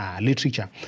literature